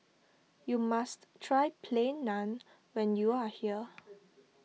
you must try Plain Naan when you are here